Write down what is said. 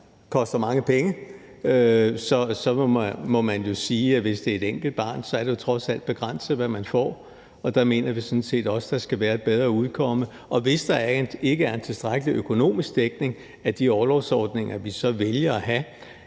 koster mange penge, må man jo sige, at hvis det er et enkelt barn, er det trods alt begrænset, hvad man får. Der mener vi sådan set også, at der skal være et bedre udkomme. Hvis der ikke er en tilstrækkelig økonomisk dækning af de orlovsordninger, vi så vælger at have,